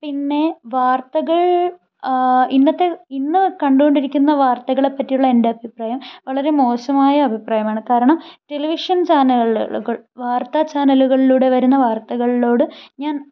പിന്നെ വാർത്തകൾ ഇന്നത്തെ ഇന്ന് കണ്ടുകൊണ്ടിരിക്കുന്ന വാർത്തകളെ പറ്റിയുള്ള എൻ്റെ അഭിപ്രായം വളരെ മോശമായ അഭിപ്രായമാണ് കാരണം ടെലിവിഷൻ ചാനലുകകൾ വാർത്ത ചാനലുകളിലൂടെ വരുന്ന വാർത്തകളോട് ഞാൻ